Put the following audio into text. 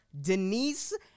Denise